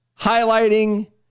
highlighting